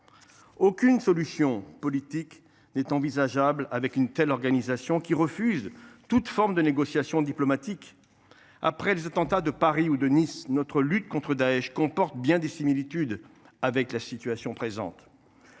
Aucune solution politique n’est envisageable avec une telle organisation, qui refuse toute forme de négociation diplomatique. Après les attentats de Paris et de Nice, notre lutte contre Daech comporte bien des similitudes avec la situation présente.